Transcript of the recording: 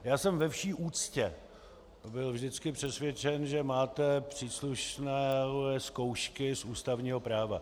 Já jsem ve vší úctě byl vždycky přesvědčen, že máte příslušné zkoušky z ústavního práva.